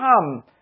come